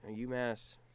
UMass